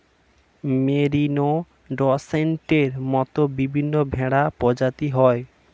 merino, ডর্সেটের মত বিভিন্ন ভেড়া প্রজাতি হয়